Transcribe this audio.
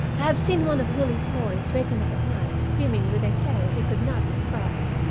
i have seen one of willie's boys waken up at night screaming with a terror he could not describe.